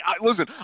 Listen